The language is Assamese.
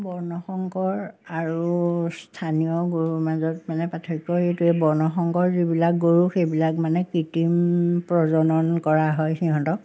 বৰ্ণসংকৰ আৰু স্থানীয় গৰুৰ মাজত মানে পাৰ্থক্য এইটোৱে বৰ্ণসংকৰ যিবিলাক গৰু সেইবিলাক মানে কৃত্ৰিম প্ৰজনন কৰা হয় সিহঁতক